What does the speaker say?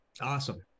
Awesome